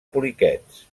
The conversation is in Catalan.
poliquets